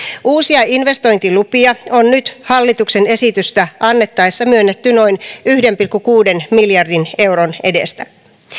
uusia investointilupia on nyt hallituksen esitystä annettaessa myönnetty noin yhden pilkku kuuden miljardin euron edestä